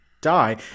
Die